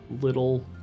little